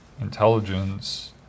intelligence